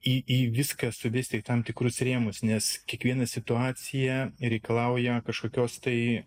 į į viską suvesti tam tikrus rėmus nes kiekviena situacija reikalauja kažkokios tai